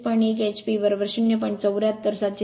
१ hp ०